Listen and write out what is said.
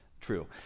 true